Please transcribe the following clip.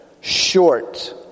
short